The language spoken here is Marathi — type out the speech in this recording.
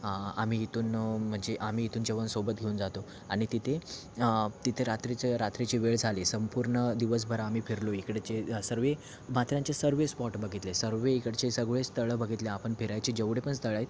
आम्ही इथून म्हणजे आम्ही इथून जेवण सोबत घेऊन जातो आणि तिथे तिथे रात्रीचं रात्रीची वेळ झाली संपूर्ण दिवसभर आम्ही फिरलो इकडचे सर्व माथेरानचे सर्व स्पॉट बघितले सर्व इकडचे सगळे स्थळं बघितले आपण फिरायची जेवढे पण स्थळं आहेत